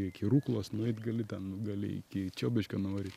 iki ruklos nueit gali ten gali iki čiobiškio nuvaryt